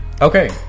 Okay